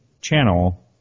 channel